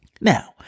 Now